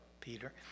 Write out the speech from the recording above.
Peter